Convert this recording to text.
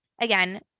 again